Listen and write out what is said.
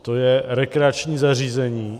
To je rekreační zařízení.